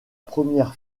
première